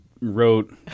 Wrote